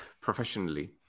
professionally